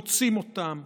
רוצים אותם,